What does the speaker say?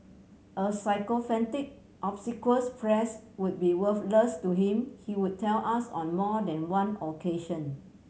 a sycophantic obsequious press would be worthless to him he would tell us on more than one occasion